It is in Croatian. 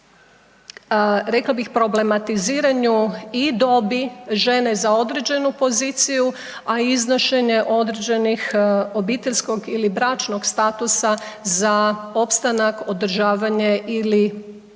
rekla bih o problematiziranju i dobi žene za određenu poziciju, a iznošenje određenih obiteljskog ili bračnog statusa za opstanak, održavanje ili prijavu